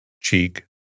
cheek